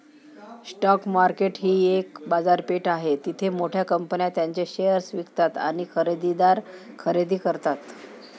stock market ही एक बाजारपेठ आहे जिथे मोठ्या कंपन्या त्यांचे शेअर्स विकतात आणि खरेदीदार खरेदी करतात